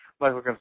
Michael